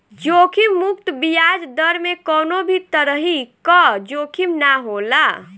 जोखिम मुक्त बियाज दर में कवनो भी तरही कअ जोखिम ना होला